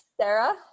Sarah